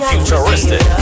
Futuristic